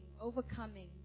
overcoming